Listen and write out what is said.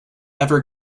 ever